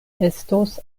estos